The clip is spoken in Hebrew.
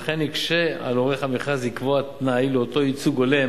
ולכן יקשה על עורך המכרז לקבוע תנאי לאותו ייצוג הולם